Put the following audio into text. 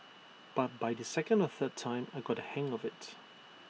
but by the second or third time I got the hang of IT